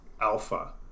Alpha